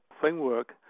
framework